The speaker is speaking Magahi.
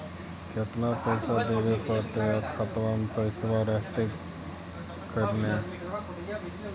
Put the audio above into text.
केतना पैसा देबे पड़तै आउ खातबा में पैसबा रहतै करने?